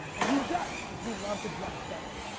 and you judge, because we love to judge, don't we?